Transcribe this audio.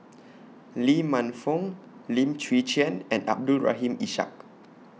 Lee Man Fong Lim Chwee Chian and Abdul Rahim Ishak